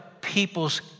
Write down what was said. people's